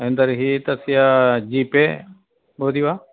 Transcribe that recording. अ तर्हि तस्य जिपे भवति वा